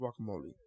guacamole